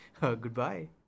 goodbye